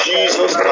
Jesus